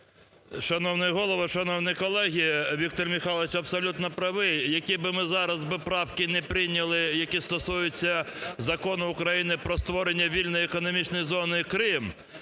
Шановний Голово, шановні колеги, Віктор Михайлович абсолютно правий. Які б ми зараз правки не прийняли, які стосуються Закону України "Про створення вільної економічної зони "Крим"